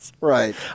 Right